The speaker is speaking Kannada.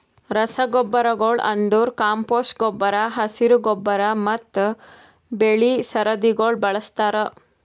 ರಸಗೊಬ್ಬರಗೊಳ್ ಅಂದುರ್ ಕಾಂಪೋಸ್ಟ್ ಗೊಬ್ಬರ, ಹಸಿರು ಗೊಬ್ಬರ ಮತ್ತ್ ಬೆಳಿ ಸರದಿಗೊಳ್ ಬಳಸ್ತಾರ್